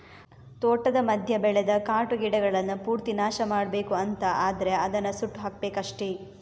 ತೋಟದ ಮಧ್ಯ ಬೆಳೆದ ಕಾಟು ಗಿಡಗಳನ್ನ ಪೂರ್ತಿ ನಾಶ ಮಾಡ್ಬೇಕು ಅಂತ ಆದ್ರೆ ಅದನ್ನ ಸುಟ್ಟು ಹಾಕ್ಬೇಕಷ್ಟೆ